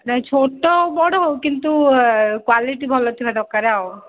ନାଇଁ ଛୋଟ ହେଉ ବଡ଼ ହେଉ କିନ୍ତୁ ଏ କ୍ୱାଲିଟି ଭଲ ଥିବା ଦରକାର ଆଉ